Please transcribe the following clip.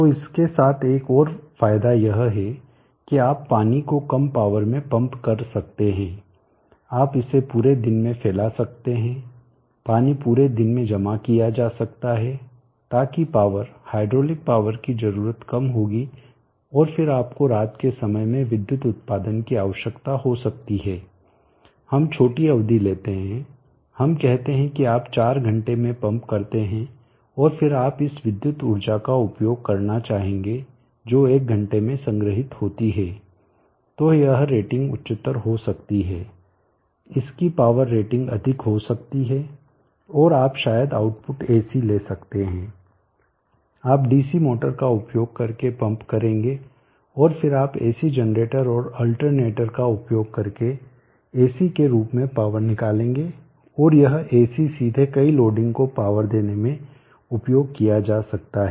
तो इसके साथ एक और फायदा यह है कि आप पानी को कम पॉवर में पंप कर सकते हैं आप इसे पूरे दिन में फैला सकते हैं पानी पूरे दिन में जमा किया जा सकता है ताकि पावर हाइड्रोलिक पावर की जरूरत कम होगी और फिर आपको रात के समय में विद्युत उत्पादन की आवश्यकता हो सकती है हम छोटी अवधि लेते है हम कहते हैं कि आप 4 घंटे में पंप करते हैं और फिर आप इस विद्युत ऊर्जा का उपयोग करना चाहेंगे जो 1 घंटे में संग्रहीत होती है तो यह रेटिंग उच्चतर हो सकती है इस की पॉवर रेटिंग अधिक हो सकती है और आप शायद आउटपुट AC ले सकते हैं आप DC मोटर का उपयोग करके पंप करेंगे और फिर आप AC जनरेटर और अल्टरनेटर का उपयोग करके AC के रूप में पावर निकालेंगे और यह AC सीधे कई लोडिंग को पॉवर देने में उपयोग किया जा सकता है